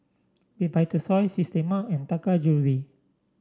Vitasoy Systema and Taka Jewelry